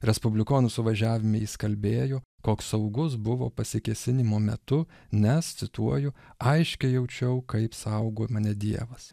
respublikonų suvažiavime jis kalbėjo koks saugus buvo pasikėsinimo metu nes cituoju aiškiai jaučiau kaip saugo mane dievas